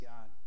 God